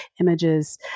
images